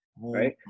right